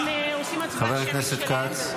חבר הכנסת כץ.